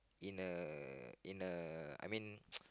in a in a I mean